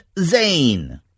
Zane